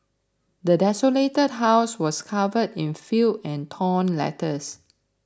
the desolated house was covered in filth and torn letters